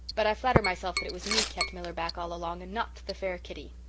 but i flatter myself that it was me kept miller back all along and not the fair kitty.